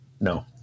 No